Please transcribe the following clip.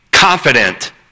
Confident